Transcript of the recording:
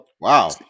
Wow